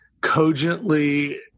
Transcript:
cogently